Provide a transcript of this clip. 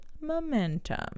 momentum